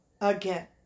Again